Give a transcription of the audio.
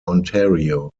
ontario